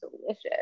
delicious